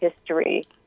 history